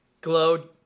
glow